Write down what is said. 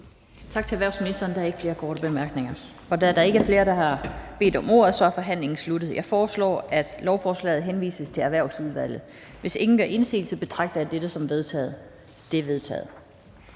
Tak til erhvervsministeren. Der er ikke flere korte bemærkninger. Da der ikke er flere, der har bedt om ordet, er forhandlingen sluttet. Jeg foreslår, at lovforslaget henvises til Erhvervsudvalget. Hvis ingen gør indsigelse, betragter jeg dette som vedtaget. Det er vedtaget.